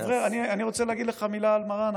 אני רוצה להגיד לך מילה על מרן,